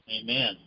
Amen